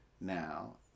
now